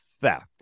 theft